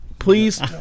please